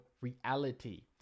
reality